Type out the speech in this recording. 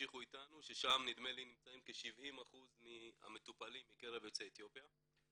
ששם נדמה לי נמצאים כ-70% מהמטופלים מקרב יוצאי אתיופיה,